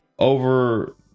over